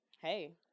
hey